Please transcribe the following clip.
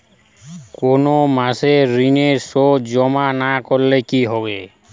কোনো মাসে ঋণের সুদ জমা না করলে কি হবে?